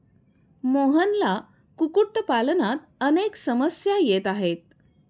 मोहनला कुक्कुटपालनात अनेक समस्या येत आहेत